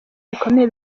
bikomeye